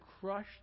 crushed